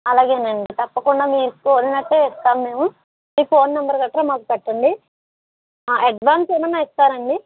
అలాగేనండి తప్పకుండా మీరు కోరినట్టే ఇస్తాం మేము మీ ఫోన్ నెంబరు గట్రా మాకు పెట్టండి అడ్వాన్స్ ఏమైనా ఇస్తారాండి